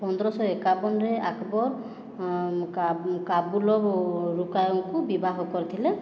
ପନ୍ଦରଶହ ଏକାବନରେ ଆକବର କାବୁଲ ରୁକାୟାଙ୍କୁ ବିବାହ କରିଥିଲେ